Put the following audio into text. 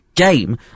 game